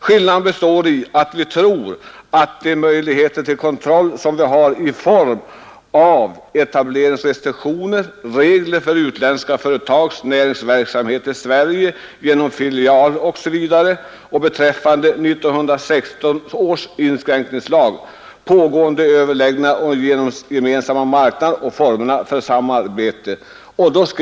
Skillnaden består i att vi tror på de möjligheter till kontroll som finns i form av etableringsrestriktioner, regler för utländska företags näringsverksamhet i Sverige genom filialer osv., 1916 års inskränkningslag, pågående överläggningar om gemensamma marknaden och formerna för samarbetet.